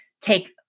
take